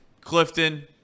Clifton